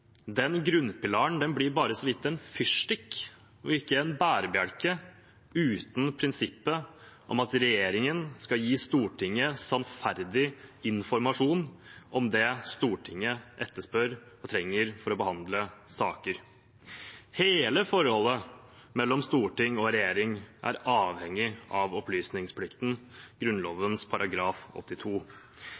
den grunnpilaren blir bare så vidt en fyrstikk og ikke en bærebjelke uten prinsippet om at regjeringen skal gi Stortinget sannferdig informasjon om det Stortinget etterspør og trenger for å behandle saker. Hele forholdet mellom storting og regjering er avhengig av opplysningsplikten i Grunnloven § 82.